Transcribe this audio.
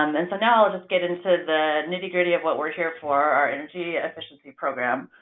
um and so, now, i'll just get into the nitty-gritty of what we're here for, our energy efficiency program.